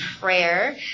prayer